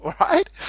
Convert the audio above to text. right